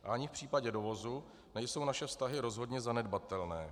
A ani v případě dovozu nejsou naše vztahy rozhodně zanedbatelné.